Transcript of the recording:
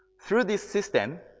through this system,